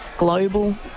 global